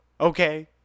Okay